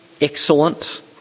excellent